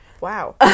Wow